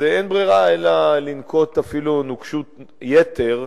אז אין ברירה אלא לנקוט נוקשות יתר,